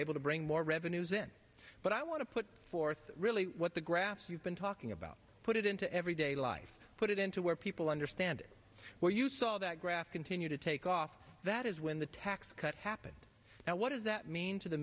able to bring more revenues in but i want to put forth really what the graphs you've been talking about put it into everyday life put it into where people understand it where you saw that graph continue to take off that is when the tax cut happen now what does that mean to the